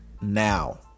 now